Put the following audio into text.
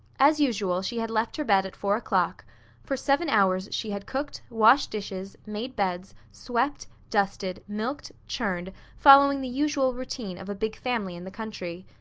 as usual, she had left her bed at four o'clock for seven hours she had cooked, washed dishes, made beds, swept, dusted, milked, churned, following the usual routine of a big family in the country.